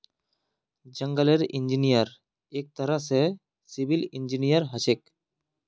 जंगलेर इंजीनियर एक तरह स सिविल इंजीनियर हछेक